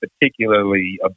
particularly